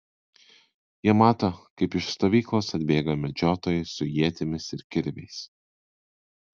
jie mato kaip iš stovyklos atbėga medžiotojai su ietimis ir kirviais